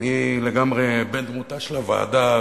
אני לגמרי בן דמותה של הוועדה,